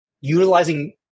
utilizing